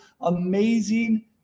amazing